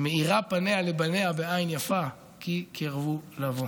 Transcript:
שמאירה פניה לבניה בעין יפה כי קרבו לבוא.